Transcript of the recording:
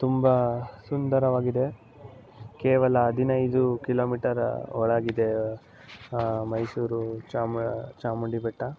ತುಂಬ ಸುಂದರವಾಗಿದೆ ಕೇವಲ ಹದಿನೈದು ಕಿಲೋಮೀಟರ್ ಒಳಗಿದೆ ಮೈಸೂರು ಚಾಮ ಚಾಮುಂಡಿ ಬೆಟ್ಟ